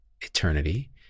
eternity